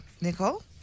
Nicole